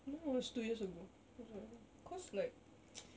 mine was two years ago cause I cause like